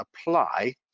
apply